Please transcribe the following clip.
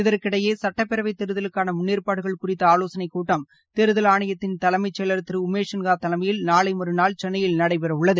இதற்கிடையே சட்டப்பேரவைத் தேர்தலுக்கான முன்னேற்பாடுகள் குறித்த ஆலோசனைக் கூட்டம் தேர்தல் ஆணையத்தின் தலைமை செயலர் திரு உமேஷ் சின்ஹா தலைமையில் நாளை மறுநாள் சென்னையில் நடைபெறவுள்ளது